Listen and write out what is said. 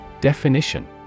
Definition